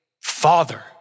father